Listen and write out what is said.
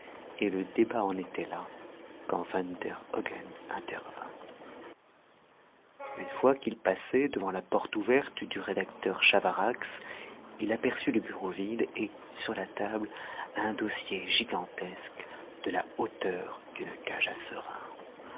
et le débat en était là quand van der hogen intervint une fois qu'il passait devant la porte ouverte du rédacteur chavarax il aperçut le bureau vide et sur la table un dossier gigantesque de la hauteur d'une cage à serins